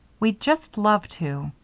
we'd just love to.